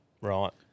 Right